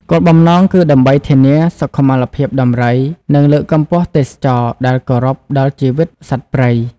គោលបំណងគឺដើម្បីធានាសុខុមាលភាពដំរី និងលើកកម្ពស់ទេសចរណ៍ដែលគោរពដល់ជីវិតសត្វព្រៃ។